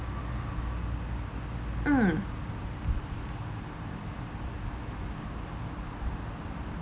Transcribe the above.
mm